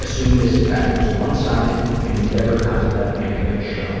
assumed this effect was one-sided and endeavored not to let any of it show.